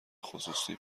خصوصی